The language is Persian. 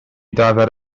داور